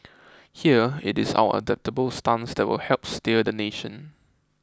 here it is our adaptable stance that will help steer the nation